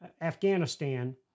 Afghanistan